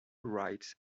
rights